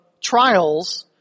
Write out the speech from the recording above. trials